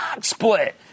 split